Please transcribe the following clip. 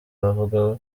bavuga